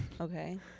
Okay